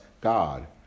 God